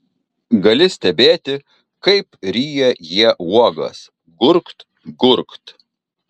gali stebėti kaip ryja jie uogas gurkt gurkt